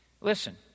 Listen